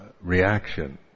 reaction